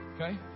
Okay